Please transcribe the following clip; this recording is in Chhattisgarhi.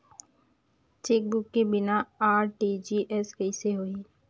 चेकबुक के बिना आर.टी.जी.एस कइसे होही?